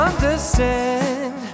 understand